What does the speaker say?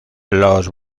los